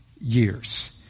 years